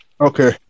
Okay